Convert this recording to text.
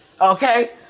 Okay